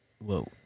Whoa